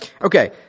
Okay